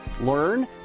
learn